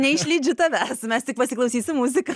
neišlydžiu tavęs mes tik pasiklausysim muzika